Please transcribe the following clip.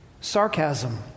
sarcasm